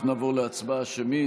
אנחנו נעבור להצבעה שמית.